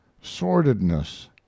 sordidness